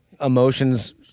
emotions